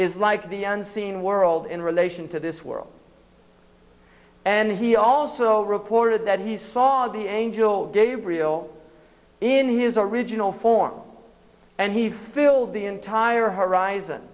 is like the unseen world in relation to this world and he also reported that he saw the angel gabriel in his original form and he filled the entire horizon